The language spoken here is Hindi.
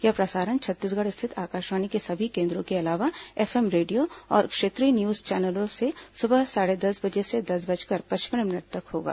यह प्रसारण छत्तीसगढ़ स्थित आकाशवाणी के सभी केन्द्रों के अलावा एफएम रेडियो और क्षेत्रीय न्यूज चैनलों से सुबह साढ़े दस बजे से दस बजकर पचपन मिनट तक होगा